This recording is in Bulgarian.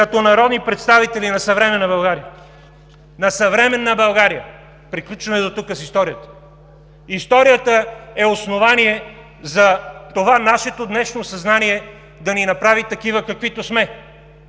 като народни представители на съвременна България, на съвременна България, приключваме дотук с историята. Историята е основание за това нашето днешно съзнание да ни направи такива, каквито сме,